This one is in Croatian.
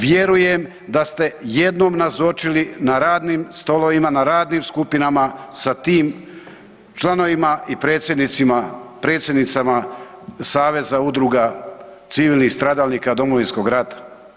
Vjerujem da ste jednom nazočili na radnim stolovima, na radnim skupinama sa tim članovima i predsjednicima, predsjednicama saveza udruga civilnih stradalnika Domovinskog rata.